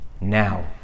now